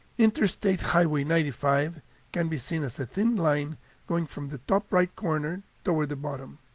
interstate highway ninety five can be seen as a thin line going from the top right corner toward the bottom.